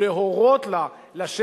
או להורות לה,